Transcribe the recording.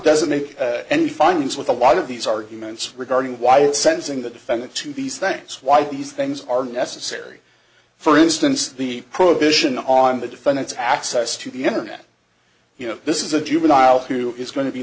doesn't make any findings with a lot of these arguments regarding why it sensing the defendant to these things why these things are necessary for instance the prohibition on the defendant's access to the internet you know this is a juvenile who is go